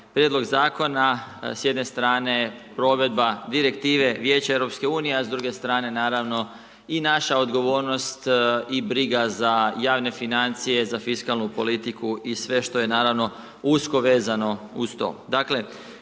prijedlog zakona s jedne strane provedba direktive Vijeće EU, a s druge strane naravno i naša odgovornost i briga za javne financije za fiskalnu politiku i sve što je naravno usko vezano uz to.